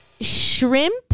shrimp